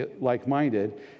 like-minded